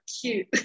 cute